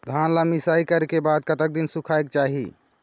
धान ला मिसाई करे के बाद कतक दिन सुखायेक चाही?